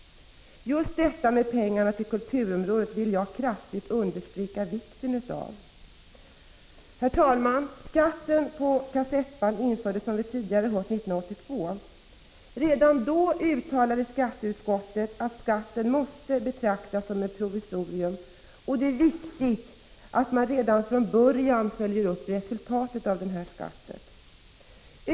Just det senare vill jag kraftigt understryka vikten av. Herr talman! Skatten på kassettband infördes 1982. Redan då uttalade skatteutskottet att skatten måste betraktas som ett provisorium och att det var viktigt att man redan från början följde upp resultatet.